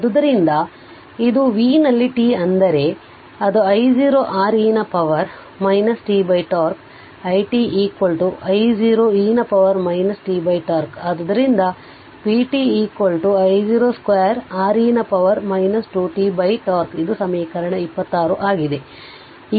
ಆದ್ದರಿಂದ ಇದು V ನಲ್ಲಿ t ಅಂದರೆ ಅದು I0 R e ನ power t τ i t I0 e ನ ಪವರ್ t τ ಆದ್ದರಿಂದ p t I0 square R e ನ ಪವರ್ 2 t τ ಇದು ಸಮೀಕರಣ 26 ಆಗಿದೆ